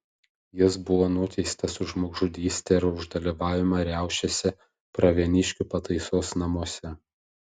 jis buvo nuteistas už žmogžudystę ir už dalyvavimą riaušėse pravieniškių pataisos namuose